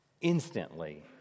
instantly